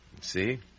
See